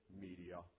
media